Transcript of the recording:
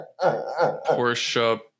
Porsche